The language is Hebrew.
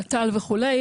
נט"ל וכולי,